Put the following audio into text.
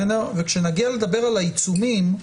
כשנגיע לדבר על העיצומים,